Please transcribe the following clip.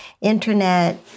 internet